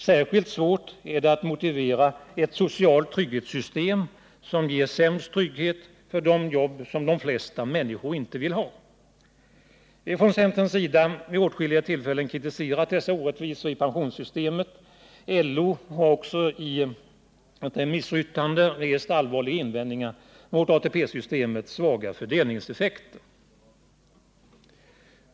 Särskilt svårt är det att motivera ett socialt trygghetssystem som ger sämst trygghet för de jobb som de flesta människor inte vill ha. Vi har från centerns sida vid åtskilliga tillfällen kritiserat dessa orättvisor i pensionssystemet. LO har också i ett remissyttrande rest allvarliga invändningar mot ATP-systemets svaga fördelningseffekter.